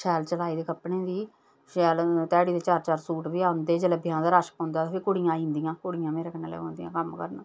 शैल सफाई होंदी कपड़े दी शैल ध्याड़ी दे चार चार सूट बी आंदे जिसलै ब्याह् दा रश होंदा फ्ही कुड़ियां आई जंदियां कुड़ियां मेरे कन्नै कम्म करांदियां